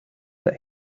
that